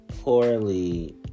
poorly